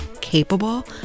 capable